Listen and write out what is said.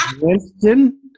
Winston